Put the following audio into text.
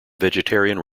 vegetarian